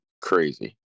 crazy